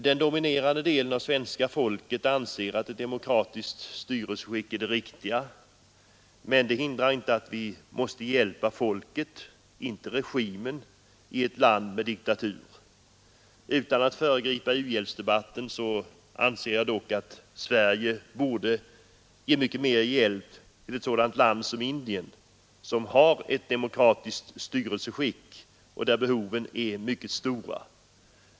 Den dominerande delen av svenska folket anser att ett demokratiskt styrelseskick är det riktiga, men det hindrar inte att vi måste hjälpa folket — inte regimen — i ett land med diktatur. Utan att föregripa u-hjälpsdebatten anser jag dock att Sverige borde ge mycket mer hjälp till ett land som Indien, som har demokratiskt styrelseskick och där behoven är mycket stora.